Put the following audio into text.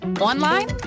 online